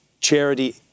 charity